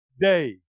day